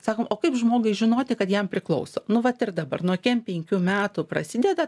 sakom o kaip žmogui žinoti kad jam priklauso nu vat ir dabar nuo kem pnkių metų prasideda